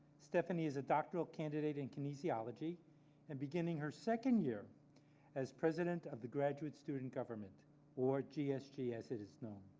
stephanie is a doctoral candidate in kinesiology and beginning her second year as president of the graduate student government or gsg as it is known.